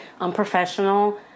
unprofessional